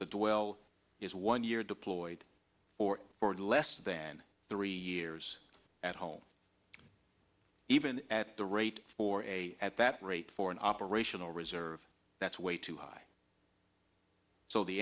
the well is one year deployed for forward less than three years at home even at the rate for a at that rate for an operational reserve that's way too high so the